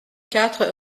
quatre